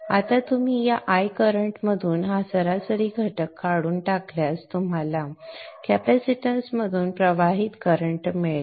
आता आपण या I करंटमधून हा सरासरी घटक काढून टाकल्यास तुम्हाला कॅपेसिटन्समधून प्रवाहित करंट मिळेल